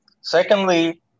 Secondly